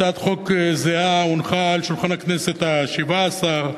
הצעת חוק זהה הונחה על שולחן הכנסת השבע-עשרה